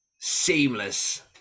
Seamless